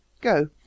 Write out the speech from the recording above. go